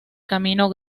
camino